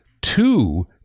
two